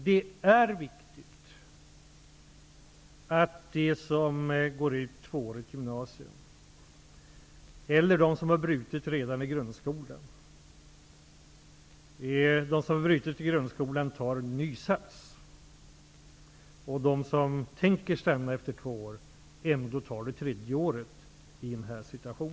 Det är viktigt att de som går ut tvåårigt gymnasium, och tänker sluta efter de två åren, i den här situationen ändå går det tredje året och att de som har avbrutit studierna redan i grundskolan tar ny sats.